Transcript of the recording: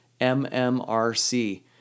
MMRC